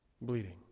Bleeding